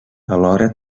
alhora